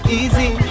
easy